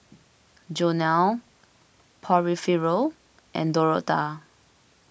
Jonell Porfirio and Dorotha